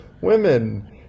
Women